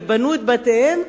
ובנו את בתיהם,